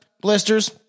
blisters